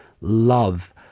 love